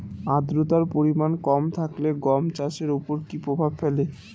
আদ্রতার পরিমাণ কম থাকলে গম চাষের ওপর কী প্রভাব ফেলে?